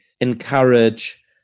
encourage